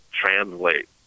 translate